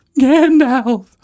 Gandalf